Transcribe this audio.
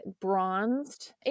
bronzed